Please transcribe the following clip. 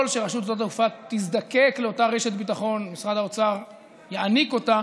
שרשות שדות התעופה תזדקק לאותה רשת ביטחון משרד האוצר יעניק אותה,